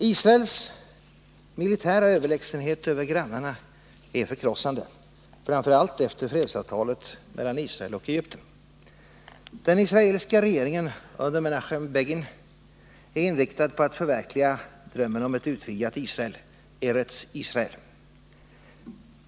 Israels militära överlägsenhet över grannarna är förkrossande — framför allt efter fredsavtalet mellan Israel och Egypten. Den israeliska regeringen under Menachem Begin är inriktad på att förverkliga drömmen om ett utvidgat Israel, Eretz Israel.